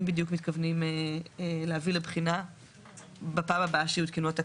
בדיוק מתכוונים להביא לבחינה בפעם הבאה שיותקנו התקנות.